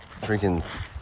Freaking